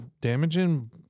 damaging